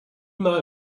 mal